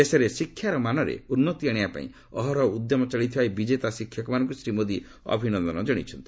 ଦେଶରେ ଶିକ୍ଷାରମାନରେ ଉତ୍ନତି ଆଣିବା ପାଇଁ ଅହରହ ଉଦ୍ୟମ ଚଳାଇଥିବା ଏହି ବିଜେତା ଶିକ୍ଷକମାନଙ୍କୁ ଶ୍ରୀ ମୋଦି ଅଭିନନ୍ଦନ ଜଣାଇଛନ୍ତି